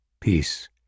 Peace